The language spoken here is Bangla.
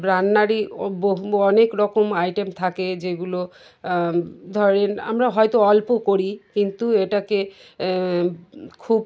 রান্নারই বহু অনেক রকম আইটেম থাকে যেগুলো ধরুন আমরা হয়তো অল্প করি কিন্তু এটাকে খুব